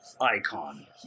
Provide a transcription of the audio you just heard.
icon